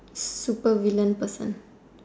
super villain person